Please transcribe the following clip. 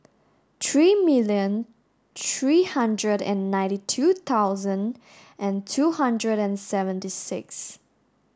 three million three hundred and ninety two thousand and two hundred and seventy six